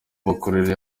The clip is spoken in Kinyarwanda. bakorere